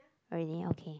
already okay